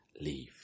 leave